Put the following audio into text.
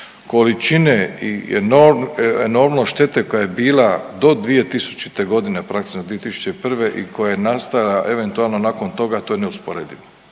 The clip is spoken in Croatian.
količine i enormno štete koja je bila do 2000.g. praktički na 2001. i koja je nastala eventualno nakon toga to je neusporedivo,